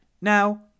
now